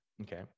Okay